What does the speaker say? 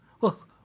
Look